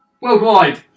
Worldwide